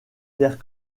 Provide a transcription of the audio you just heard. terres